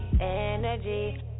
energy